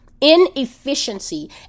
inefficiency